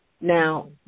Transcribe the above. now